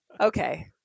Okay